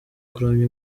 kuramya